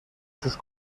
sus